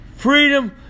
Freedom